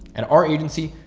at our agency,